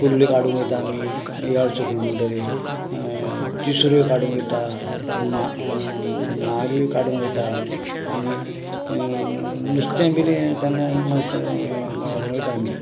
कुल्ल्यो काडूंक वयतां आमी वेळ सुकतकच म्हण तरी तिसऱ्यो काडूंक वयता मा म्हारय काडूंक वयता आनी नुस्तें मातशें किदें वयता आमी